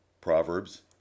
Proverbs